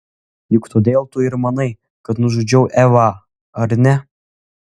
juk todėl tu ir manai kad nužudžiau evą ar ne